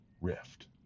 rift